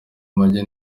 mujyi